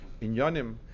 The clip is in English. inyanim